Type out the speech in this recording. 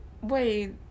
wait